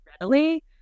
readily